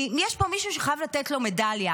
כי יש פה מישהו שחייבים לתת לו מדליה.